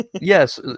Yes